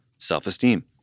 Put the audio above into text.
self-esteem